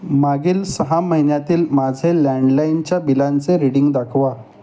मागील सहा महिन्यातील माझे लँडलाइनच्या बिलांचे रीडिंग दाखवा